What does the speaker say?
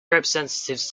representatives